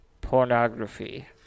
pornography